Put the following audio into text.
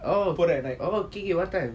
oh okay okay what time